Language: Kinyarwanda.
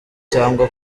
cyangwa